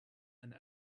and